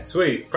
Sweet